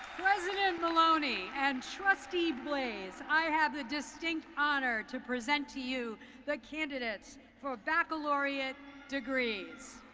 president maloney and trustee blais, i have the distinct honor to present to you the candidates for baccalaureate degrees.